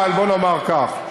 אבל בוא נאמר כך,